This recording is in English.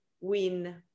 win